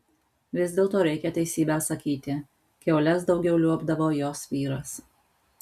vis dėlto reikia teisybę sakyti kiaules daugiau liuobdavo jos vyras